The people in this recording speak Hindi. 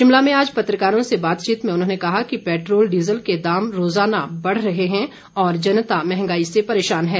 शिमला में आज पत्रकारों से बातचीत में उन्होंने कहा कि पैट्रोल डीजल के दाम रोज़ाना बढ़ रहे हैं और जनता महंगाई से परेशान है